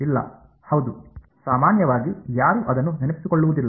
ಇಲ್ಲ ಹೌದು ಸಾಮಾನ್ಯವಾಗಿ ಯಾರೂ ಅದನ್ನು ನೆನಪಿಸಿಕೊಳ್ಳುವುದಿಲ್ಲ